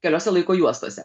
keliose laiko juostose